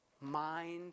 mind